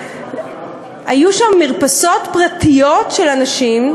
היו שם מרפסות פרטיות של אנשים,